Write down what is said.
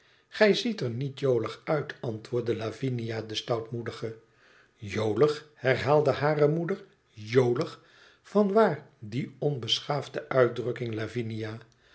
gij ziet er niet jolig uit antwoordde lavinia de stoutmoedige jolig herhaalde hare moeder jolig vanwaar die onbeschaafde uitdrukking